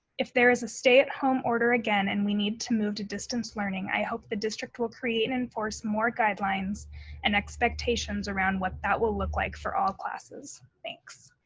if there is a stay at home order again and we need to move to distance learning, i hope the district will create and enforce more guidelines and expectations around what that will look like for all classes, thanks.